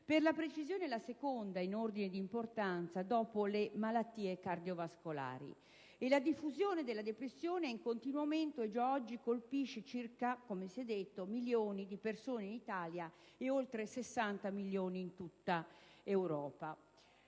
per la precisione la seconda in ordine di importanza dopo le malattie cardiovascolari. La diffusione della depressione è in continuo aumento e già oggi colpisce circa 5 milioni di persone in Italia e oltre 60 milioni in tutta Europa.